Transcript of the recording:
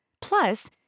Plus